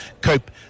COPE